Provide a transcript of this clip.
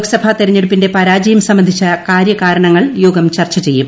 ലോക്സഭാ തെരഞ്ഞെടുപ്പിന്റെ പരാജയം സംബന്ധിച്ച കാര്യ കാരണങ്ങൾ യോഗം ചർച്ച ചെയ്യും